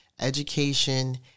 education